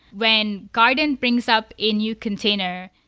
when garden brings up a new container,